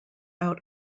out